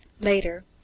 Later